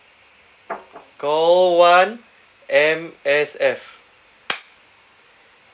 call one M_S_F